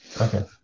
Okay